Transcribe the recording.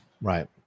right